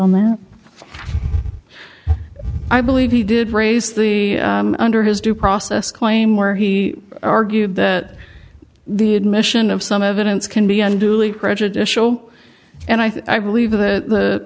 on that i believe he did raise the under his due process claim where he argued that the admission of some evidence can be unduly prejudicial and i believe that the